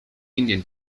indian